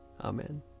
Amen